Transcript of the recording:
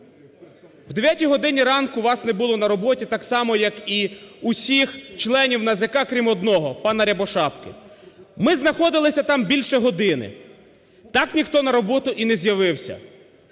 О 9-й годині ранку вас не було на роботі, так само, як і усіх членів НАЗК, крім одного – пана Рябошапки. Ми знаходилися там більше години, так ніхто на роботу і не з'явився.